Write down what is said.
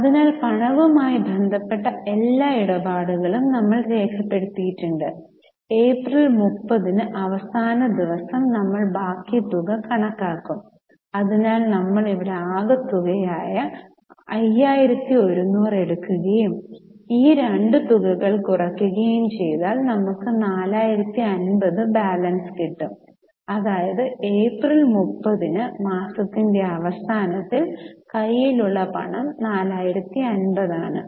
അതിനാൽ പണവുമായി ബന്ധപ്പെട്ട എല്ലാ ഇടപാടുകളും നമ്മൾ രേഖപ്പെടുത്തിയിട്ടുണ്ട് ഏപ്രിൽ 30 ന് അവസാന ദിവസം നമ്മൾ ബാക്കി തുക കണക്കാക്കും അതിനാൽ നമ്മൾ ഇവിടെ ആകെ തുക ആയ 5100 എടുക്കുകയും ഈ രണ്ട് തുകകൾ കുറയ്ക്കുകയും ചെയ്താൽ നമുക്ക് 4050 ബാലൻസ് ലഭിക്കും അതായത് ഏപ്രിൽ 30 ന് മാസത്തിന്റെ അവസാനത്തിൽ കൈയിലുള്ള പണം 4050 ആണ്